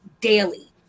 daily